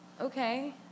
Okay